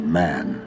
man